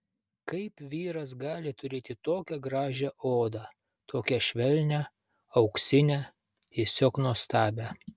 kaip vyras gali turėti tokią gražią odą tokią švelnią auksinę tiesiog nuostabią